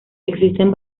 existen